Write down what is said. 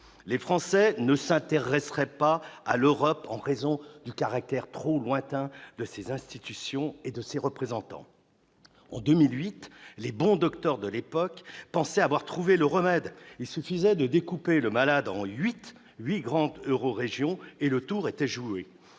Les Français ne s'intéresseraient pas à l'Europe en raison du caractère trop lointain de ses institutions et de ses représentants. En 2008, les bons docteurs de l'époque pensaient avoir trouvé le remède : il suffisait de découper le malade en 8 grandes eurorégions, et le tour serait joué